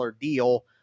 deal